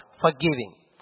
forgiving